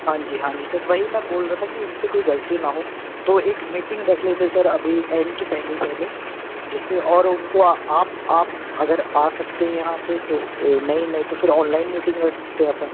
हांजी हांजी सर वही मैं बोल रहा था कि इनसे कोई गलती ना हो तो एक मीटिंग रख लेते हैं सर अभी एंड के पहले ही पहले जिससे और उनको आप आप अगर आ सकते हैं यहाँ पे तो नहीं नहीं तो फिर ऑनलाइन मीटिंग रख सकते है अपन